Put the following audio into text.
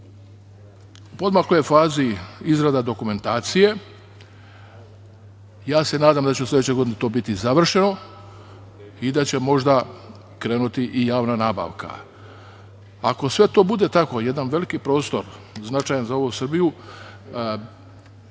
poodmakloj je fazi izrada dokumentacije. Ja se nadam da će u sledećoj godini to biti završeno i da će možda krenuti i javna nabavka. Ako sve to bude tako, jedan veliki prostor, značajan za Srbiju,